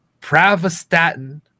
Pravastatin